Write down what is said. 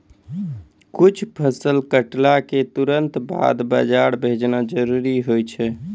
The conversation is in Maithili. कुछ फसल कटला क तुरंत बाद बाजार भेजना जरूरी होय छै